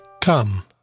Come